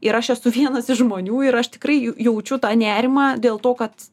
ir aš esu vienas iš žmonių ir aš tikrai jaučiu tą nerimą dėl to kad